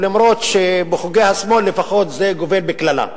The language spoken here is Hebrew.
אף-על-פי שבחוגי השמאל לפחות זה גובל בקללה.